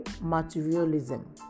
materialism